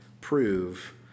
prove